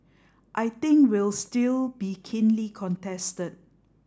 I think will still be keenly contested